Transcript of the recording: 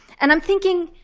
and i'm thinking,